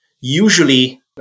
Usually